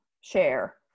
share